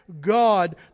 God